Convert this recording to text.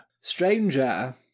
stranger